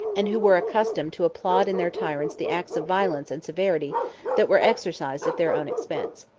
and who were accustomed to applaud in their tyrants the acts of violence and severity that were exercised at their own expense.